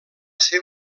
ser